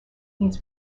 means